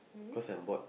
cause I'm bored